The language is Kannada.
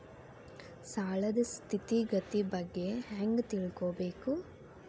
ಸಾಲದ್ ಸ್ಥಿತಿಗತಿ ಬಗ್ಗೆ ಹೆಂಗ್ ತಿಳ್ಕೊಬೇಕು?